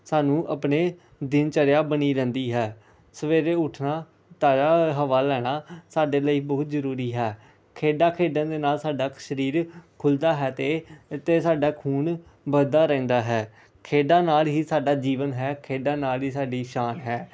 ਸਾਨੂੰ ਆਪਣੇ ਦਿਨ ਚਰਿਆ ਬਣੀ ਰਹਿੰਦੀ ਹੈ ਸਵੇਰੇ ਉੱਠਣਾ ਤਾਜ਼ਾ ਹਵਾ ਲੈਣਾ ਸਾਡੇ ਲਈ ਬਹੁਤ ਜ਼ਰੂਰੀ ਹੈ ਖੇਡਾਂ ਖੇਡਣ ਦੇ ਨਾਲ ਸਾਡਾ ਸਰੀਰ ਖੁੱਲਦਾ ਹੈ ਅਤੇ ਅਤੇ ਸਾਡਾ ਖੂਨ ਵੱਧਦਾ ਰਹਿੰਦਾ ਹੈ ਖੇਡਾਂ ਨਾਲ ਹੀ ਸਾਡਾ ਜੀਵਨ ਹੈ ਖੇਡਾਂ ਨਾਲ ਹੀ ਸਾਡੀ ਸ਼ਾਨ ਹੈ